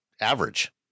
average